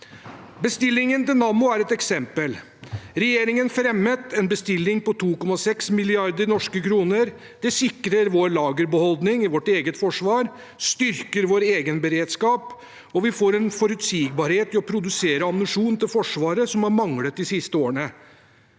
Bestillingen til Nammo er ett eksempel. Regjeringen fremmet en bestilling på 2,6 mrd. norske kroner. Det sikrer lagerbeholdningen i vårt eget forsvar, styrker vår egenberedskap, og vi får en forutsigbarhet i å produsere ammunisjon til Forsvaret, noe som har manglet de siste årene.